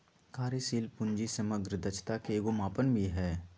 कार्यशील पूंजी समग्र दक्षता के एगो मापन भी हइ